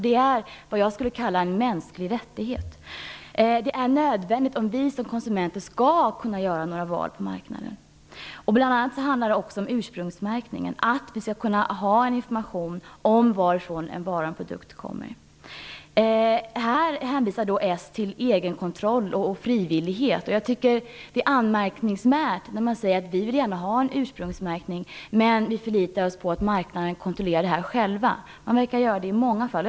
Det är vad jag skulle kalla en mänsklig rättighet. Det är nödvändigt om vi som konsumenter skall göra några val på marknaden. Detta handlar bl.a. också om ursprungsmärkningen. Vi skall kunna få en information om varifrån en vara eller en produkt kommer. Här hänvisar Socialdemokraterna till egenkontroll och frivillighet. Det är anmärkningsvärt när man säger: Vi vill gärna ha en ursprungsmärkning, men vi förlitar oss på att marknaden kontrollerar det själv. Det verkar man göra i många fall.